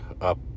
up